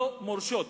לא מורשות.